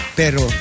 pero